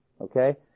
Okay